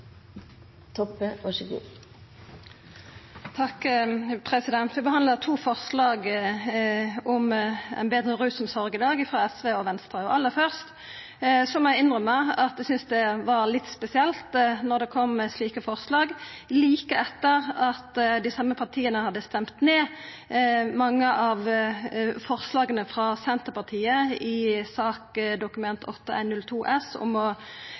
Vi behandlar i dag to forslag, frå SV og Venstre, om ei betre rusomsorg. Aller først må eg innrømma at eg syntest det var litt spesielt når det kom slike forslag like etter at dei same partia hadde stemt ned mange av forslaga frå Senterpartiet i saka basert på Dokument 8:102 S for 2013–2014, om å